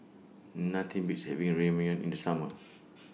Nothing Beats having Ramyeon in The Summer